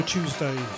Tuesday